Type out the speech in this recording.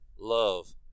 love